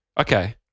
okay